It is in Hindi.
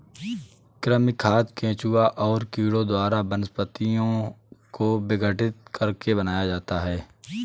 कृमि खाद केंचुआ और कीड़ों द्वारा वनस्पतियों को विघटित करके बनाया जाता है